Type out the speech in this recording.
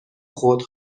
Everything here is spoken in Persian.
خود